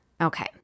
Okay